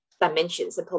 dimensions